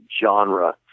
genre